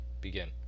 begin